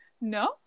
No